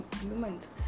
humans